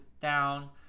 down